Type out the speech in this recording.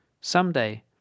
Someday